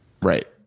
Right